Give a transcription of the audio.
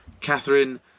Catherine